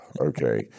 Okay